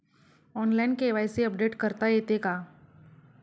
Online KYC update करता येते का?